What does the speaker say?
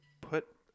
put